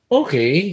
okay